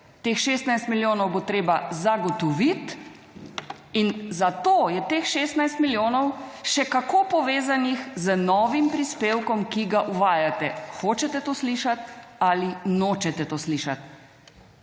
Teh 16 milijonov bo treba zagotoviti in zato je teh 16 milijonov še kako povezanih z novim prispevkom, ki ga uvajate hočete to slišati ali nočete to slišati.